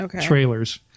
trailers